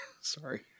Sorry